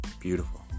beautiful